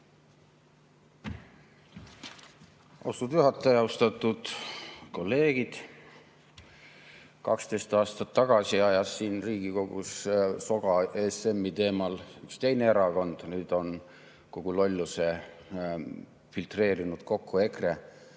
Austatud juhataja! Austatud kolleegid! 12 aastat tagasi ajas siin Riigikogus ESM‑i teemal soga üks teine erakond, nüüd on kogu lolluse filtreerinud kokku EKRE.